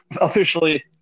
officially